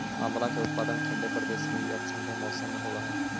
आंवला का उत्पादन ठंडे प्रदेश में या ठंडे मौसम में होव हई